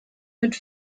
mit